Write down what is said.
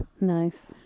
Nice